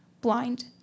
blind